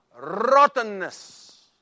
rottenness